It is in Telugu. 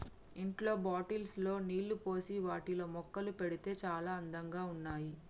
ఇంట్లో బాటిల్స్ లో నీళ్లు పోసి వాటిలో మొక్కలు పెడితే చాల అందంగా ఉన్నాయి